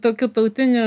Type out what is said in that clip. tokiu tautiniu